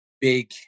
big